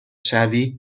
شوی